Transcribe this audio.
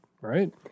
right